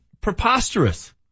preposterous